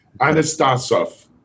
Anastasov